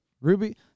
Ruby